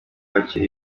hakiri